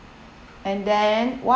and then